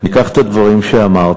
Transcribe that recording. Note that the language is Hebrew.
אני אקח את הדברים שאמרת,